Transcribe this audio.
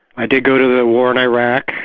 i did go to the war in iraq,